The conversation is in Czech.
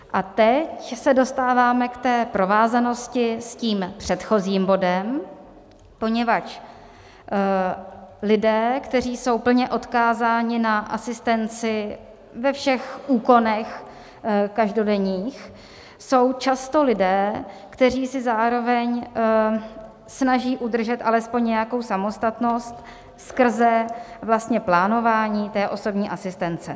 A teď se dostáváme k té provázanosti s tím předchozím bodem, poněvadž lidé, kteří jsou plně odkázáni na asistenci ve všech úkonech každodenních, jsou často lidé, kteří si zároveň snaží udržet alespoň nějakou samostatnost skrze vlastně plánování té osobní asistence.